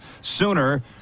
sooner